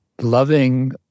loving